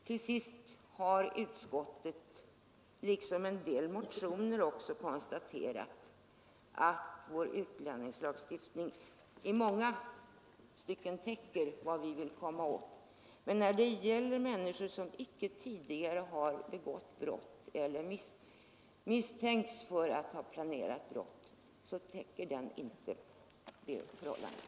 Till sist har utskottet, liksom en del motionärer, konstaterat att vår utlänningslagstiftning i många stycken täcker vad vi vill komma åt. Men när det gäller människor som icke tidigare har begått brott eller icke misstänks för att ha planerat brott så täcker den inte det vi vill komma åt.